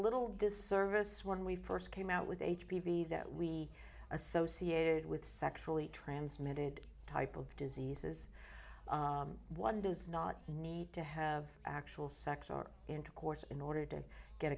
little disservice when we st came out with h p v that we associated with sexually transmitted type of diseases one does not need to have actual sex or intercourse in order to get